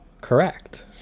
correct